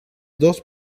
dos